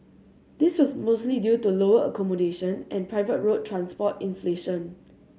this was mostly due to lower accommodation and private road transport inflation